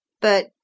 But